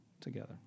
together